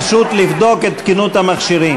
פשוט לבדוק את תקינות המכשירים.